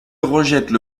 rejettent